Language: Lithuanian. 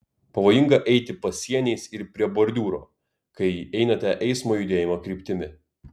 pavojinga eiti pasieniais ir prie bordiūro kai einate eismo judėjimo kryptimi